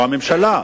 או הממשלה,